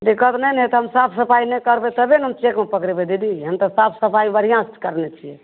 दिक्कत नहि ने हेतै हम साफ सफाइ नहि करबै तबे ने हम चेकमे पकड़ेबै दीदी हम तऽ साफ सफाइ बढ़िऑंसे करने छियै